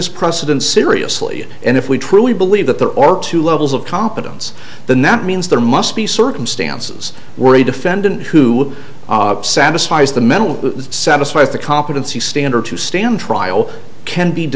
this precedence seriously and if we truly believe that there are two levels of competence than that means there must be circumstances where a defendant who satisfies the mental satisfies the competency standard to stand trial can be